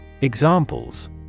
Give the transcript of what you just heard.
Examples